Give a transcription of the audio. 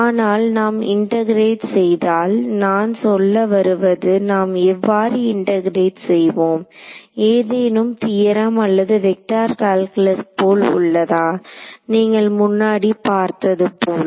ஆனால் நாம் இன்டெகிரெட் செய்தால் நான் சொல்ல வருவது நாம் எவ்வாறு இன்டெகிரெட் செய்வோம் ஏதேனும் தியரம் அல்லது வெக்டர் கால்குலஸ் போல் உள்ளதா நீங்கள் முன்னாடி பார்த்தது போல்